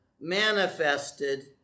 manifested